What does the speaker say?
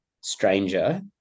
stranger